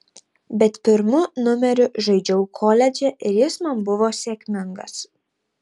bet pirmu numeriu žaidžiau koledže ir jis man buvo sėkmingas